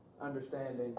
understanding